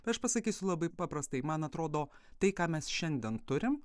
aš pasakysiu labai paprastai man atrodo tai ką mes šiandien turim